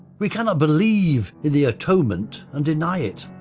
we cannot believe in the atonement and deny it.